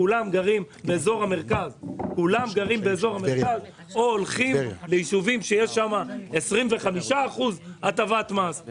כולם גרים באזור המרכז או הולכים ליישובים שיש בהם 25% הטבת מס.